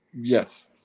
yes